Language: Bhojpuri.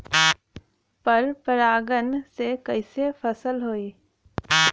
पर परागण से कईसे फसल होई?